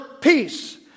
peace